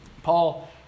Paul